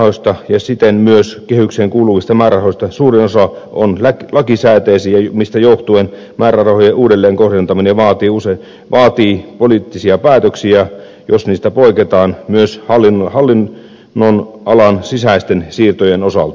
talousarviomäärärahoista ja siten myös kehykseen kuuluvista määrärahoista suurin osa on lakisääteisiä mistä johtuen määrärahojen uudelleenkohdentaminen vaatii poliittisia päätöksiä jos niistä poiketaan myös hallinnonalan sisäisten siirtojen osalta